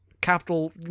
capital